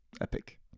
epic